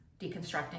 deconstructing